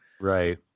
Right